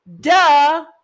Duh